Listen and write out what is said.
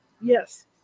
yes